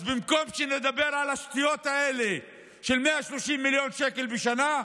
אז במקום שנדבר על השטויות האלה של 130 מיליון שקל בשנה,